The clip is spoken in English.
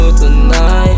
tonight